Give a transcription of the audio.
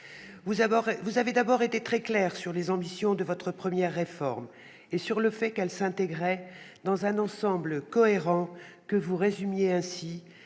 Vous avez d'abord été très claire quant aux ambitions de votre première réforme et sur le fait qu'elle s'intégrait dans un projet cohérent que vous résumiez ainsi